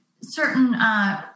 certain